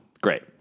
great